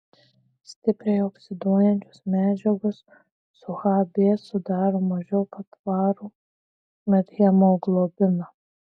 stipriai oksiduojančios medžiagos su hb sudaro mažiau patvarų methemoglobiną